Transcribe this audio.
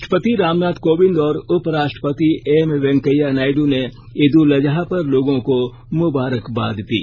राष्ट्रपति रामनाथ कोविंद और उपराष्ट्रपति एम वेंकैया नायड् ने ईद उल अजहा पर लोगों को मुबारकबाद दी